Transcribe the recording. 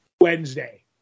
Wednesday